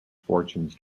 fortunes